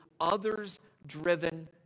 others-driven